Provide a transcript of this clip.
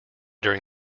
during